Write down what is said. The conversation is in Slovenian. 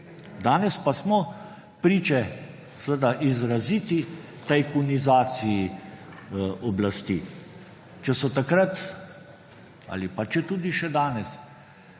Danes pa smo priče seveda izraziti tajkunizaciji oblasti. Če so takrat ali pa če tudi še danes